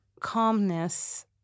calmness